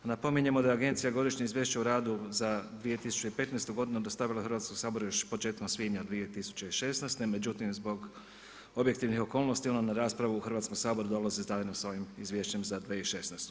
Napominjemo da je agencija Godišnje izvješće o radu za 2015. godinu dostavila Hrvatskom saboru još početkom svibnja 2016., međutim zbog objektivni okolnosti on na raspravu u Hrvatski sabor dolazi zajedno sa ovim izvješćem za 2016.